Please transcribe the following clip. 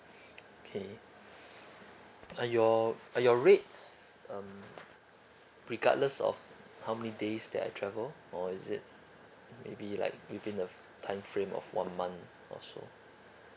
okay are your are your rates um regardless of how many days that I travel or is it maybe like within the time frame of one month or so